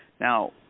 Now